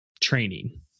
training